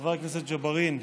חבר הכנסת ג'בארין,